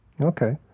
Okay